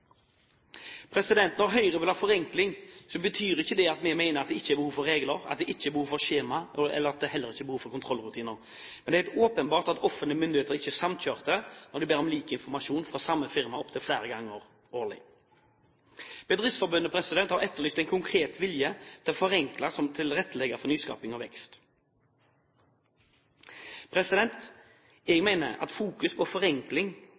Når Høyre vil ha forenkling, betyr ikke det at vi mener at det ikke er behov for regler, at det ikke er behov for skjemaer, og at det ikke er behov for kontrollrutiner. Men det er helt åpenbart at offentlige myndigheter ikke er samkjørte når de ber om lik informasjon fra samme firma opptil flere ganger årlig. Bedriftsforbundet har etterlyst en konkret vilje til å forenkle og tilrettelegge for nyskaping og vekst. Jeg mener at fokus på forenkling